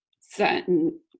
certain